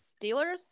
Steelers